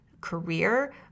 career